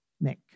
make